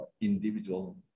individual